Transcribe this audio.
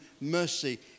mercy